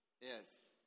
Yes